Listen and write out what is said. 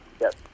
Yes